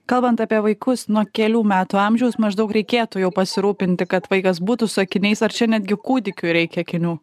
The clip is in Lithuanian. kalbant apie vaikus nuo kelių metų amžiaus maždaug reikėtų jau pasirūpinti kad vaikas būtų su akiniais ar čia netgi kūdikiui reikia akinių